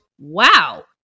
Wow